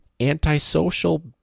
antisocial